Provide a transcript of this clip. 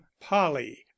polly